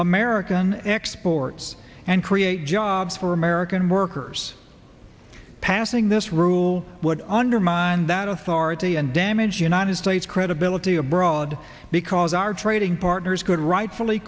american exports and create jobs for american workers passing this rule would undermine that authority and damage united states credibility abroad because our trading partners could rightfully